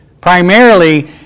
Primarily